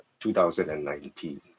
2019